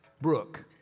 Brooke